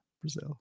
Brazil